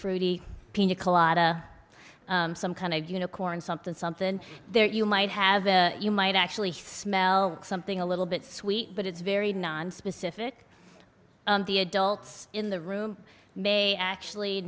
colada some kind of unicorn something something in there you might have you might actually smell something a little bit sweet but it's very nonspecific the adults in the room may actually